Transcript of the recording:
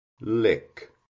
lick